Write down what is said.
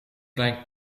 klein